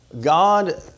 God